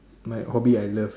my hobby I love